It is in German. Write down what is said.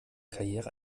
karriere